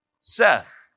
Seth